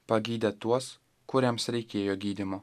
pagydė tuos kuriams reikėjo gydymo